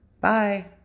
bye